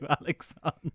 Alexander